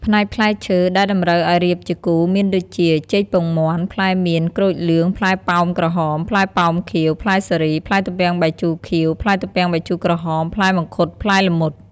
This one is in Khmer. ផ្នែកផ្លែឈើ ដែលតម្រូវអោយរៀបជាគូមានដូចជា ចេកពងមាន់ ផ្លែមៀន ក្រូចលឿង ផ្លែប៉ោមក្រហម ផ្លែប៉ោមខៀវ ផ្លែសារី ផ្លែទំពាំងបាយជូរខៀវ ផ្លែទំពាំងបាយជូរក្រហម ផ្លែមង្ឃុត ផ្លែល្មុត...។